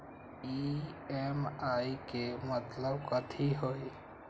EMI के मतलब कथी होई?